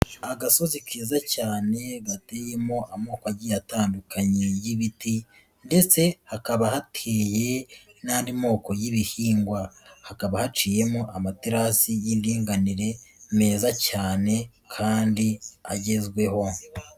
Agasozi keza cyane gateyemo amoko agiye atandukanye y'ibiti ndetse hakaba hateye n'andi moko y'ibihingwa, hakaba haciyemo amaterasi y'indinganire meza cyane kandi agezweho.